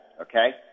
okay